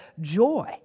joy